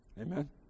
Amen